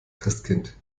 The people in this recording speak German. christkind